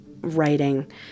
writing